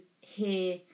hear